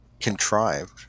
Contrived